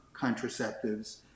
contraceptives